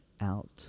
out